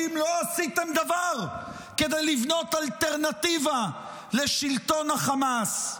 לא עשיתם דבר כדי לבנות אלטרנטיבה לשלטון החמאס.